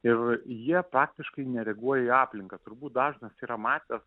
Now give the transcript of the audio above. ir jie praktiškai nereaguoja į aplinką turbūt dažnas yra matęs